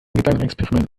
gedankenexperiment